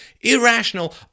irrational